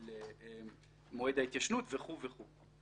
למועד ההתיישנות וכו' וכו'.